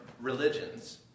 religions